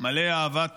מלא אהבת חיים,